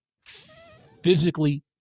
physically